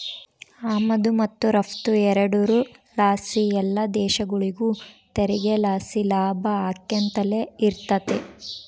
ಆಮದು ಮತ್ತು ರಫ್ತು ಎರಡುರ್ ಲಾಸಿ ಎಲ್ಲ ದೇಶಗುಳಿಗೂ ತೆರಿಗೆ ಲಾಸಿ ಲಾಭ ಆಕ್ಯಂತಲೆ ಇರ್ತತೆ